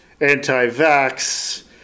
anti-vax